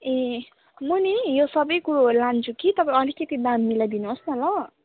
ए म नि यो सबै कुरोहरू लान्छु कि तपाईँ अलिकति दाम मिलाइ दिनुहोस् न ल